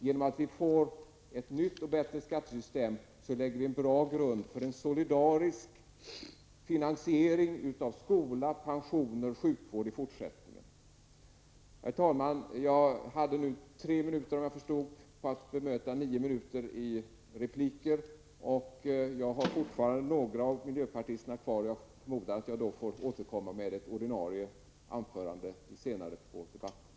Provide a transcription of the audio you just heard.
Genom att vi får ett nytt och bättre skattesystem lägger vi en bra grund för en solidarisk finansiering i fortsättningen av skola, pensioner och sjukvård. Herr talman! Jag hade nu tre minuter på mig att bemöta nio minuters repliker. Jag har fortfarande några av miljöpartisterna kvar att bemöta, och jag får därför återkomma senare under debatten med ett anförande.